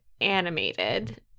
animated